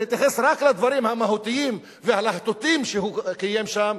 נתייחס רק לדברים המהותיים והלהטוטים שהוא קיים שם,